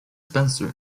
spencer